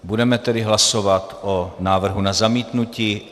Budeme tedy hlasovat o návrhu na zamítnutí.